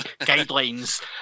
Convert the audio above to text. guidelines